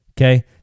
Okay